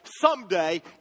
someday